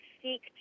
seek